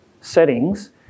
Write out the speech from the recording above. settings